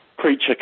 creature